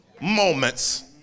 moments